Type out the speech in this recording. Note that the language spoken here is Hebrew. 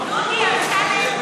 חברי הכנסת,